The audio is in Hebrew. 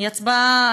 הוא הצבעה,